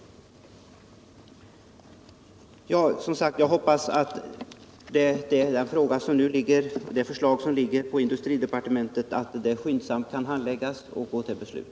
Jag hoppas alltså att det förslag som nu ligger hos industridepartementet skyndsamt kan behandlas och föras till beslut.